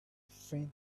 faint